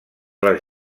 les